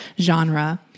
genre